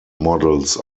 models